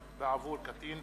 בעבור קטין),